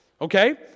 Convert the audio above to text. okay